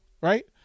right